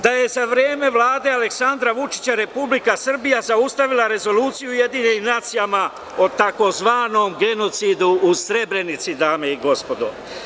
Da je za vreme Vlade Aleksandra Vučića Republika Srbija zaustavila rezoluciju u UN o tzv. genocidu u Srebrenici, dame i gospodo.